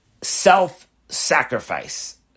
self-sacrifice